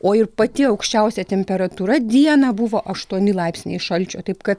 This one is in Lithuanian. o ir pati aukščiausia temperatūra dieną buvo aštuoni laipsniai šalčio taip ka